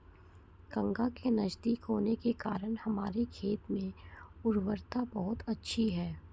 गंगा के नजदीक होने के कारण हमारे खेत में उर्वरता बहुत अच्छी है